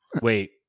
Wait